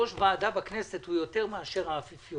בנוסף,